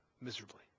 miserably